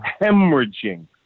hemorrhaging